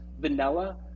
vanilla